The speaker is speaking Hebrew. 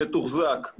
מתוחזק,